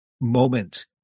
moment